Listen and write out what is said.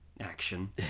action